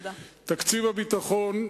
תודה רבה.